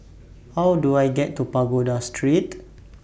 How Do I get to Pagoda Street